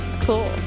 Cool